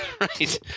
right